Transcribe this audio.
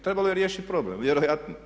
Trebalo je riješiti problem vjerojatno.